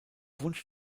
wunsch